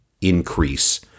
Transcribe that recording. increase